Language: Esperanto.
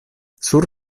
sur